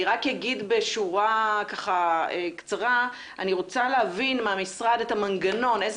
אני רק אגיד בשורה קצרה: אני רוצה להבין מהמשרד איזה